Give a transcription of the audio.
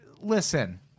listen